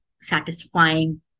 satisfying